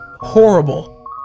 horrible